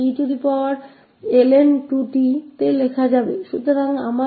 तो हमारे पास फिर से यह 2𝑡 को लिखा जा सकता जय 𝑒ln2tहै